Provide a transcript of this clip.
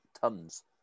tons